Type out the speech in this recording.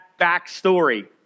backstory